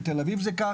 בתל אביב זה כך,